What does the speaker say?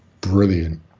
brilliant